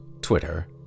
Twitter